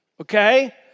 okay